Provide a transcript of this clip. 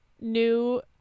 new